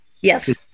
Yes